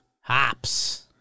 Hops